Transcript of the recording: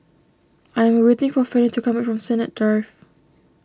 I am waiting for Fanny to come back from Sennett Drive